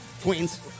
Queens